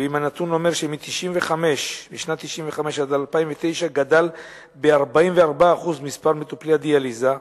ואם הנתון אומר ש-1995 עד 2009 גדל ב-44% מספר מטופלי הדיאליזה,